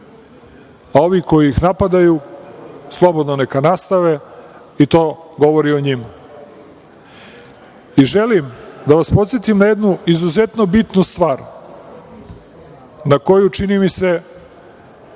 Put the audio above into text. a ovi koji ih napadaju, slobodno neka nastave, to govori o njima. Želim da vas podsetim na jednu izuzetno bitnu stvar na koju, čini mi se,